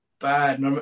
bad